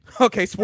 Okay